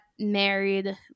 Married